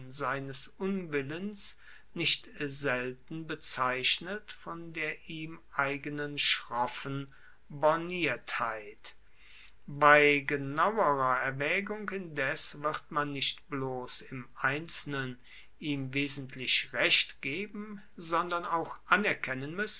seines unwillens nicht selten bezeichnet von der ihm eigenen schroffen borniertheit bei genauerer erwaegung indes wird man nicht bloss im einzelnen ihm wesentlich recht geben sondern auch anerkennen